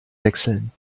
wechseln